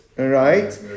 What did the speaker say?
Right